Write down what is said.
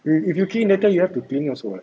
if you if you key in later you have to clean it also